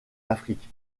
afrique